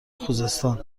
خوزستان